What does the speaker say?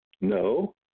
No